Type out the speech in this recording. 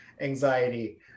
anxiety